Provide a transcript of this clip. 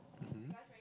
mmhmm